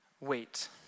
Wait